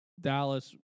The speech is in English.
Dallas